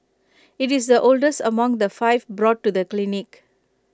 IT is the oldest among the five brought to the clinic